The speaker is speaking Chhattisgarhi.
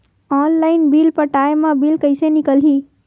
ऑनलाइन बिल पटाय मा बिल कइसे निकलही?